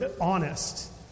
honest